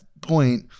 point